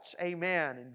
Amen